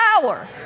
power